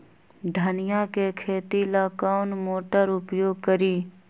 धनिया के खेती ला कौन मोटर उपयोग करी?